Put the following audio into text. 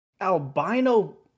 albino